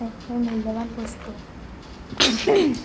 আটাইতকৈ মূল্যৱান বস্তু